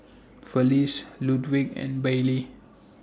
Felice Ludwig and Bailee